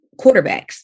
quarterbacks